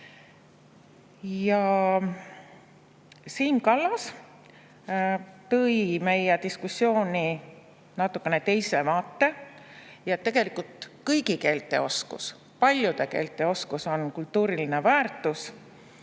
Siim Kallas tõi meie diskussiooni natukene teise vaate, et tegelikult kõigi keelte oskus, paljude keelte oskus on kultuuriline väärtus.